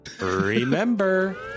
remember